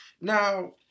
Now